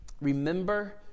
remember